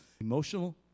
emotional